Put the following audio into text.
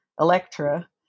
Electra